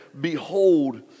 Behold